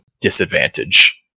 disadvantage